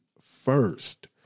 first